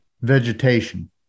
Vegetation